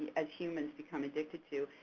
as humans, become addicted to.